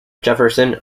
jefferson